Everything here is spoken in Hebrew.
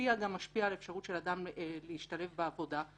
משפיע גם משפיע על אפשרות של אדם להשתלב בעבודה,